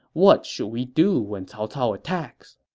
what should we do when cao cao attacks?